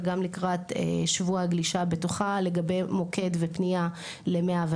וגם לקראת שבוע הגלישה הבטוחה לגבי מוקד ופנייה ל-105,